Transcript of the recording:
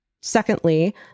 Secondly